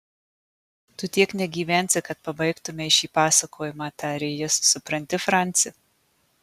tu tiek negyvensi kad pabaigtumei šį pasakojimą tarė jis supranti franci